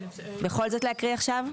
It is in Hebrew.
בכל זאת להקריא עכשיו?